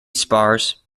spars